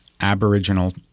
Aboriginal